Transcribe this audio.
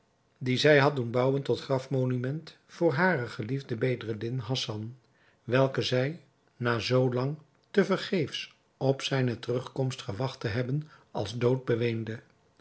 dien zij had doen bouwen tot grafmonument voor haren geliefden bedreddin hassan welken zij na zoo lang te vergeefs op zijne terugkomst gewacht te hebben als dood beweende